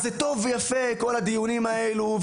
זה טוב ויפה כל הדיונים האלה,